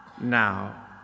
now